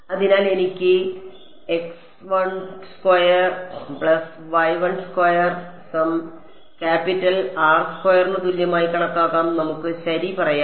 അതിനാൽ എനിക്ക് sum capital R സ്ക്വയറിനു തുല്യമായി കണക്കാക്കാം നമുക്ക് ശരി പറയാം